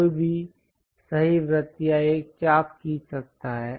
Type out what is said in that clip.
कोई भी सही वृत्त या एक चाप खींच सकता है